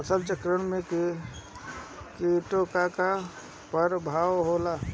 फसल चक्रण में कीटो का का परभाव होला?